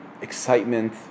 excitement